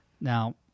now